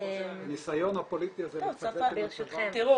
הניסיון הפוליטי הזה לצוות עם הצבא --- סליחה,